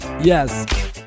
Yes